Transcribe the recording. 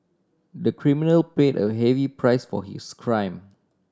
the criminal paid a heavy price for his crime